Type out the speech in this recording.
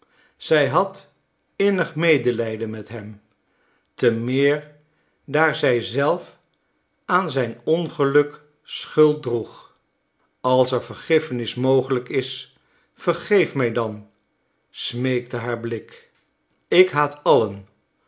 zij had innig medelijden met hem te meer daar zij zelf aan zijn ongeluk schuld droeg als er vergiffenis mogelijk is vergeef mij dan smeekte haar blik ik haat allen